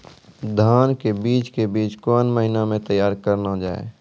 धान के बीज के बीच कौन महीना मैं तैयार करना जाए?